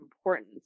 important